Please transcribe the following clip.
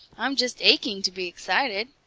i'm just aching to be excited.